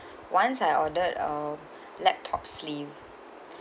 once I ordered a laptop sleeve